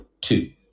two